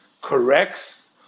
corrects